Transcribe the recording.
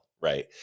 right